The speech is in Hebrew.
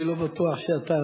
אני לא בטוח שאתה,